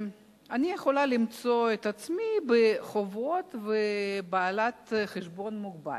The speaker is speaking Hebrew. יכולה למצוא את עצמי בחובות ובעלת חשבון מוגבל,